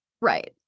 Right